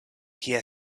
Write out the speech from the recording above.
kie